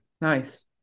Nice